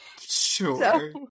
Sure